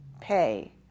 pay